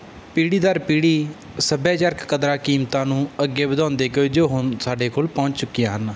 ਪੀੜ੍ਹੀ ਦਰ ਪੀੜ੍ਹੀ ਸੱਭਿਆਚਾਰਕ ਕਦਰਾਂ ਕੀਮਤਾਂ ਨੂੰ ਅੱਗੇ ਵਧਾਉਂਦੇ ਗਏ ਜੋ ਹੁਣ ਸਾਡੇ ਕੋਲ ਪਹੁੰਚ ਚੁੱਕੀਆਂ ਹਨ